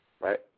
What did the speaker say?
right